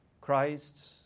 Christ